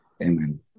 Amen